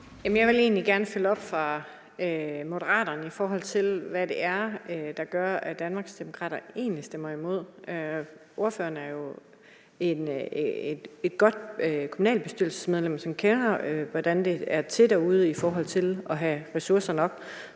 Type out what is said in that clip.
Jeg vil egentlig gerne følge op på det fra Moderaterne. Hvad er det egentlig, der gør, at Danmarksdemokraterne stemmer imod? Ordføreren er jo et godt kommunalbestyrelsesmedlem, som ved, hvordan det er derude i forhold til at have ressourcer nok.